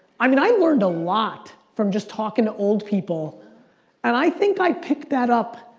i mean, i learned a lot from just talkin' to old people and i think i picked that up,